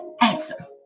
answer